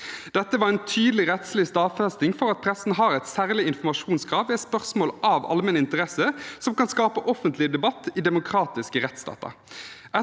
Dette var en tydelig rettslig stadfesting av at pressen har et særlig informasjonskrav i et spørsmål av allmenn interesse som kan skape offentlig debatt i demokratiske rettsstater.